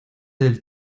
del